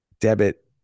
debit